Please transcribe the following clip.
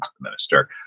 minister